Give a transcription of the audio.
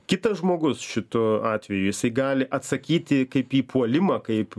kitas žmogus šitu atveju jisai gali atsakyti kaip į puolimą kaip